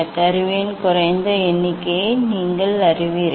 கருவியின் குறைந்த எண்ணிக்கையை நீங்கள் அறிவீர்கள்